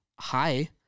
Hi